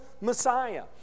Messiah